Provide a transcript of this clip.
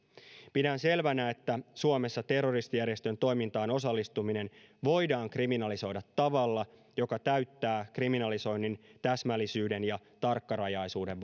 pidän selvänä että suomessa terroristijärjestön toimintaan osallistuminen voidaan kriminalisoida tavalla joka täyttää kriminalisoinnin täsmällisyyden ja tarkkarajaisuuden